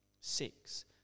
six